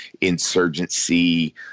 insurgency